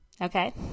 okay